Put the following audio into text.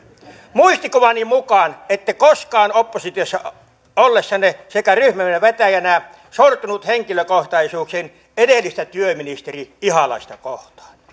muistikuvani mukaan ette koskaan oppositiossa ollessanne sekä ryhmänne vetäjänä sortunut henkilökohtaisuuksiin edellistä työministeri ihalaista kohtaan